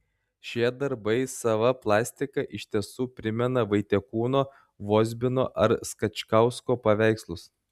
šie darbai sava plastika iš tiesų primena vaitekūno vozbino ar skačkausko paveikslus